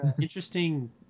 Interesting